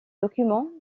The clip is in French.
documents